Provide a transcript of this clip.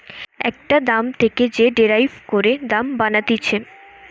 একটা দাম থেকে যে ডেরাইভ করে দাম বানাতিছে